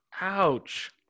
Ouch